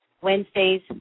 Wednesdays